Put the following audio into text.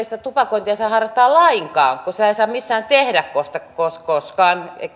sitä tupakointia saa harrastaa lainkaan kun sitä ei saa missään tehdä kohta koskaan koskaan